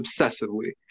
obsessively